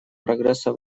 прогресса